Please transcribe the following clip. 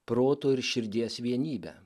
proto ir širdies vienybę